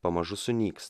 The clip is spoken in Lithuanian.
pamažu sunyks